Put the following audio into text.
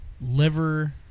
liver